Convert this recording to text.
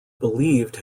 believed